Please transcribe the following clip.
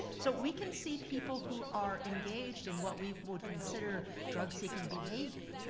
so we can see people who are engaged in what we would consider drug-seeking behavior.